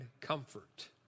comfort